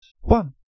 One